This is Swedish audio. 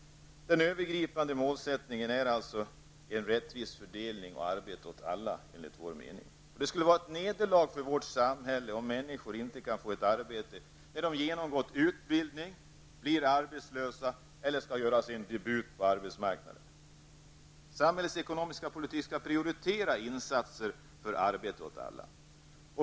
Den övergripande målsättningen är alltså enligt vår mening en rättvis fördelning och arbete åt alla. Det skulle vara ett nederlag för vårt samhälle om människor inte kan få arbete när de genomgår utbildning, blir arbetslösa eller skall göra sin debut på arbetsmarknaden. Samhällets ekonomiska politik skall prioritera insatser för arbete åt alla.